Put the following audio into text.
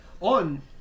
on